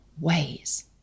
ways